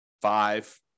five